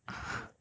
I happy sia